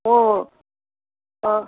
म अँ